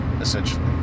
essentially